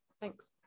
thanks